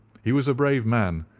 he was a brave man,